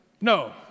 No